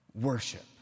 worship